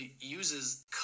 uses